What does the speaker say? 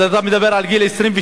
אז אתה מדבר על גיל 26,